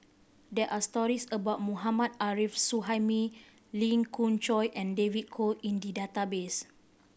there are stories about Mohammad Arif Suhaimi Lee Khoon Choy and David Kwo in the database